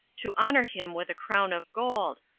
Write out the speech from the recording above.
to honor him with a crown of gold,